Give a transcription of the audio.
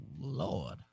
Lord